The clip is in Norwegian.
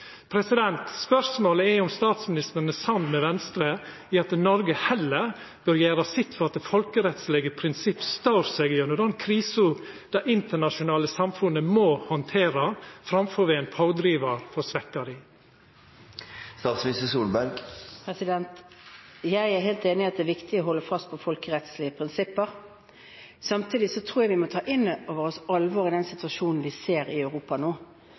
Spørsmålet er om statsministeren er samd med Venstre i at Noreg heller bør gjera sitt for at folkerettslege prinsipp står seg gjennom den krisa det internasjonale samfunnet må handtera, framfor å vera ein pådrivar for å svekkja dei. Jeg er helt enig i at det er viktig å holde fast på folkerettslige prinsipper. Samtidig tror jeg vi må ta inn over oss alvoret i den situasjonen vi ser i Europa